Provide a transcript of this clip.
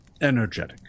energetic